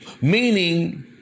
Meaning